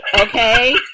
Okay